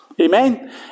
Amen